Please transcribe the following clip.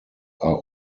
are